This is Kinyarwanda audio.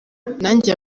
nanjye